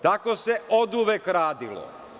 Tako se oduvek radilo.